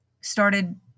started